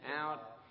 out